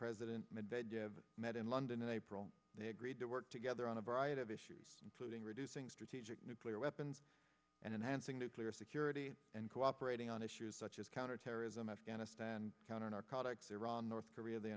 medvedev met in london in april they agreed to work together on a variety of issues including reducing strategic nuclear weapons and enhancing nuclear security and cooperating on issues such as counterterrorism afghanistan counter narcotics iran north korea the